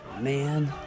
Man